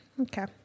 Okay